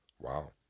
Wow